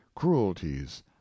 cruelties